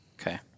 Okay